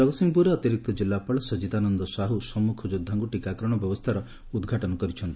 ଜଗତ୍ସିଂହପୁରରେ ଅତିରିକ୍ତ ଜିଲ୍ଲାପାଳ ସଚିଦାନନ୍ଦ ସାହୁ ସମ୍ମୁଖ ଯୋଦ୍ଧାଙ୍କୁ ଟିକାକରଣ ବ୍ୟବସ୍ଚାର ଉଦ୍ଘାଟନ କରିଛନ୍ତି